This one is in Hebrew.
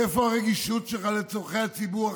איפה הרגישות שלך לצרכי הציבור החרדי,